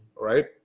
right